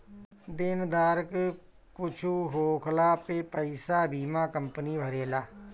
देनदार के कुछु होखला पे पईसा बीमा कंपनी भरेला